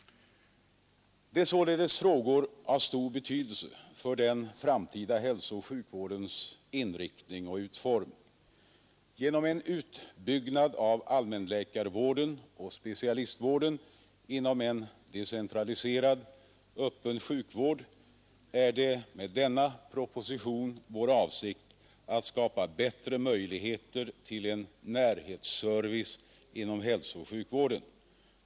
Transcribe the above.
Det är således frågor av stor betydelse för den framtida hälsooch sjukvårdens inriktning och utformning. Genom en utbyggnad av allmänläkarvården och specialistvården inom en decentraliserad öppen sjukvård är det med denna proposition vår avsikt att skapa bättre möjligheter till en närhetsservice inom hälsooch sjukvården.